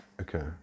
okay